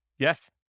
Yes